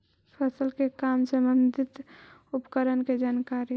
फसल के काम संबंधित उपकरण के जानकारी?